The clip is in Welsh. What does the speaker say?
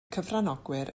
cyfranogwyr